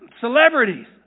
celebrities